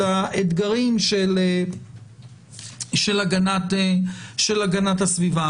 לאתגרים של הגנת הסביבה.